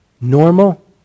Normal